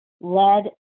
led